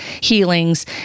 healings